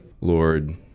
Lord